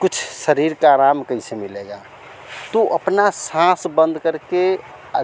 कुछ शरीर का आराम कईसे मिलेगा तो अपना सांस बंद करके अच्